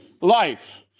life